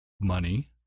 money